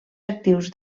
actius